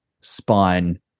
spine